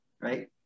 right